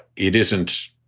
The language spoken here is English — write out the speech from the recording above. it isn't.